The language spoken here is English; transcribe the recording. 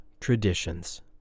traditions